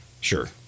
Sure